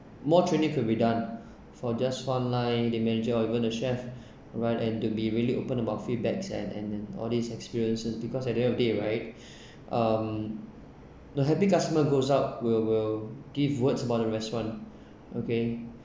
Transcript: more training could be done for just front line the manager or even the chef alright and to be really open about feedbacks and and and all these experiences because at the end of day right um the happy customer goes out will will give words about the restaurant okay